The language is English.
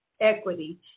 equity